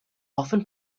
often